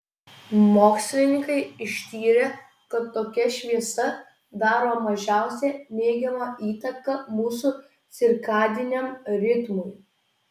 mokslininkai ištyrė kad tokia šviesa daro mažiausią neigiamą įtaką mūsų cirkadiniam ritmui